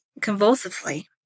convulsively